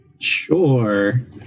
Sure